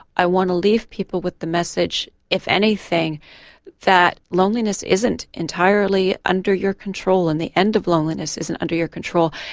i want to leave people with the message if anything that loneliness isn't entirely under your control and the end of loneliness isn't under your control.